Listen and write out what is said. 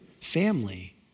family